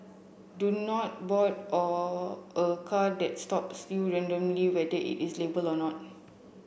do not board or a car that's stop still randomly whether it is labelled or not